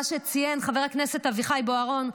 מה שציין חבר הכנסת אביחי בוארון.